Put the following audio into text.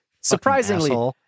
Surprisingly